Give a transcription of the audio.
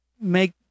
make